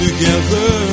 Together